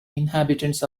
inhabitants